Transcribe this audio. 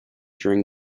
during